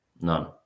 none